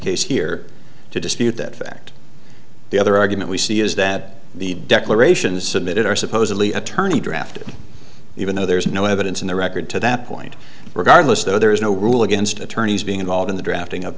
case here to dispute that fact the other argument we see is that the declarations submitted are supposedly attorney drafted even though there is no evidence in the record to that point regardless though there is no rule against attorneys being involved in the drafting